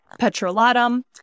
petrolatum